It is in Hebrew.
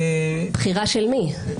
בחירה של מי?